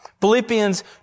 Philippians